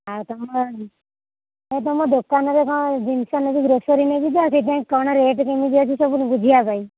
ଆଉ ତମ ତମ ଦୋକାନରେ କଣ ଜିନିଷ ନେବି ଗ୍ରୋସରୀ ନେବି ତ ସେଥିପାଇଁ କଣ ରେଟ୍ କେମିତି ଅଛି ସବୁ ବୁଝିବା ପାଇଁ